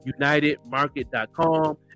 unitedmarket.com